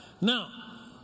Now